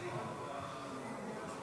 העדה הקדושה.